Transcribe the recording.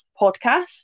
podcast